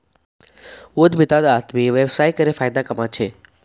उद्यमितात आदमी व्यवसाय करे फायदा कमा छे